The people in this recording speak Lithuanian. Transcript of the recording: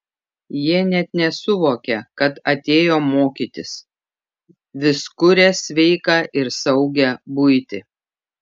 jie net nesuvokia kad atėjo mokytis vis kuria sveiką ir saugią buitį